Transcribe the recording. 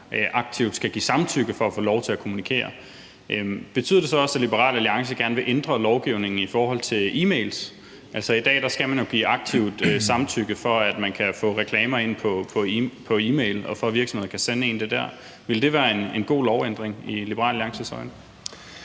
aktivt skal give samtykke for at få lov til at kommunikere. Betyder det så også, at Liberal Alliance gerne vil ændre lovgivningen i forhold til e-mails? Altså, i dag skal man jo give aktivt samtykke til at få reklamer som e-mail og til, at virksomheder kan sende en det der. Ville det være en god lovændring i Liberal Alliances